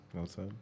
outside